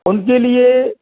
उनके लिए